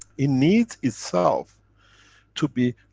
it needs itself to be